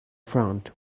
front